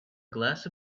glass